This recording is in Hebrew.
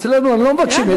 אצלנו הם לא מבקשים את זה.